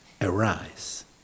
arise